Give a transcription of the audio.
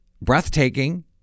breathtaking